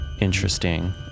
Interesting